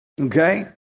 Okay